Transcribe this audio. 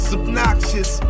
Subnoxious